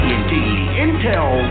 Intel